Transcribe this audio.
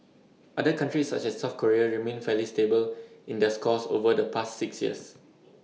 other countries such as south Korea remained fairly stable in their scores over the past six years